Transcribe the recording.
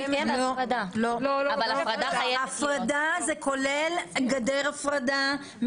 זה כולל גדר הפרדה.